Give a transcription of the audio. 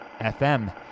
FM